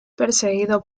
perseguido